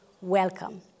welcome